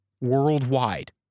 worldwide